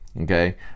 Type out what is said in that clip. Okay